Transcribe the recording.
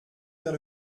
vers